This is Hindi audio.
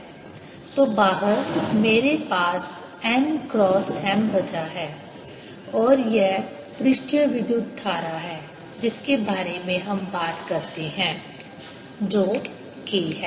तो बाहर मेरे पास n क्रॉस M बचा है और वह पृष्ठीय विद्युत धारा है जिसके बारे में हम बात करते हैं जो k है